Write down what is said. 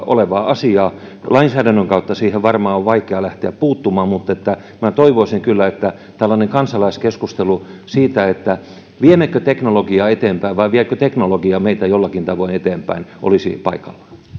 asia lainsäädännön kautta siihen varmaan on vaikeaa lähteä puuttumaan mutta minä toivoisin kyllä että tällainen kansalaiskeskustelu siitä viemmekö teknologiaa eteenpäin vai viekö teknologia meitä jollakin tavoin eteenpäin olisi paikallaan